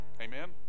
amen